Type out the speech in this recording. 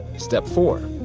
step four.